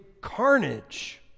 carnage